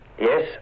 Yes